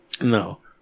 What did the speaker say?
No